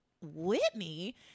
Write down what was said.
Whitney